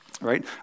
right